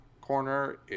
corner